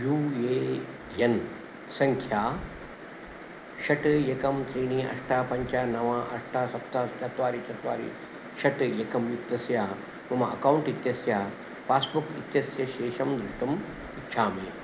you A N सङ्ख्या षट् एकम् त्रीणि अष्ट पञ्च नव अष्ट सप्त चत्वारि चत्वारि षट् एकम् युक्तस्य मम अकौण्ट् इत्यस्य पास्बुक् इत्यस्य शेषं द्रष्टुम् इच्छामि